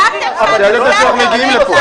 אתה ידעת שאנחנו מגיעים לפה.